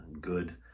good